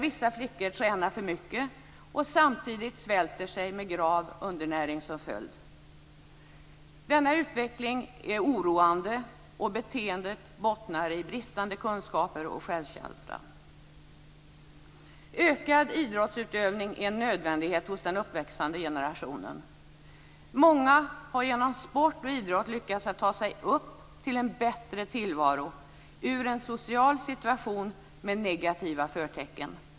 Vissa flickor tränar för mycket, och samtidigt svälter de sig, något som får grav undernäring som följd. Denna utveckling är oroande, och beteendet bottnar i bristande kunskaper och självkänsla. Ökad idrottsutövning är en nödvändighet hos den uppväxande generationen. Många har genom sport och idrott lyckats att ta sig upp till en bättre tillvaro ur en social situation med negativa förtecken.